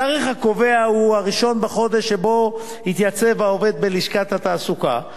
התאריך הקובע הוא 1 בחודש שבו התייצב העובד בלשכת התעסוקה.